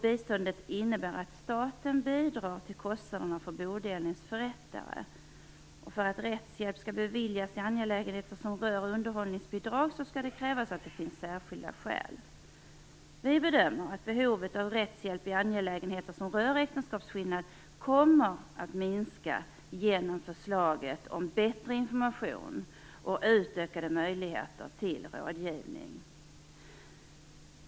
Biståndet innebär att staten bidrar till kostnaderna för bodelningsförrättare. För att rättshjälp skall beviljas i angelägenheter som rör underhållsbidrag skall det krävas att det finns särskilda skäl. Vi bedömer att behovet av rättshjälp i angelägenheter som rör äktenskapsskillnad kommer att minska genom förslaget om bättre information och utökade möjligheter till rådgivning.